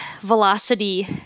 velocity